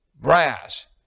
Brass